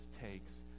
takes